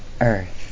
earth